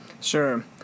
Sure